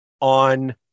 on